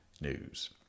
news